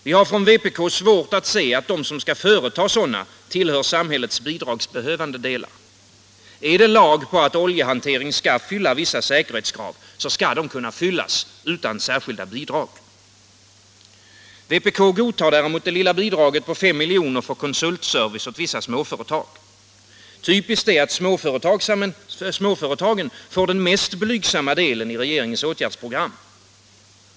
Vi har från vpk svårt att se att de som skall företa sådana tillhör samhällets bidragsbehövande delar. Är det lag på att oljehantering skall fylla vissa säkerhetskrav, så skall de kunna fyllas utan särskilda bidrag. Vpk godtar däremot det lilla bidraget på 5 miljoner för konsultservice åt vissa småföretag. Typiskt är att småföretagen får den mest blygsamma delen i regeringens åtgärdsprogram.